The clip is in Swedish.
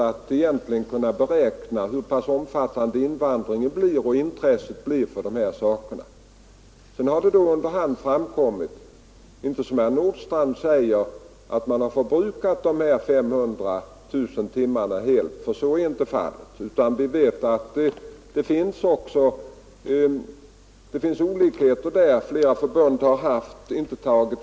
Det var då svårt att beräkna hur pass omfattande invandringen skulle bli och hur stort intresset skulle vara för denna undervisning. Herr Nordstrandh säger att man har förbrukat dessa 500 000 timmar, men så är inte fallet. Flera studieförbund har inte tagit i anspråk alla studietimmar under hösten och kan därför fortsätta sin verksamhet under våren.